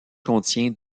contient